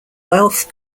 wealth